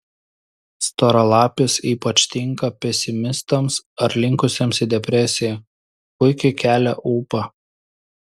storalapis ypač tinka pesimistams ar linkusiems į depresiją puikiai kelia ūpą